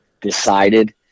decided